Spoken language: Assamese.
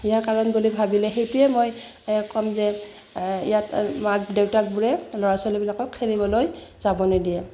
ইয়াৰ কাৰণ বুলি ভাবিলে সেইটোৱে মই ক'ম যে ইয়াত মাক দেউতাকবোৰে ল'ৰা ছোৱালীবিলাকক খেলিবলৈ যাব নিদিয়ে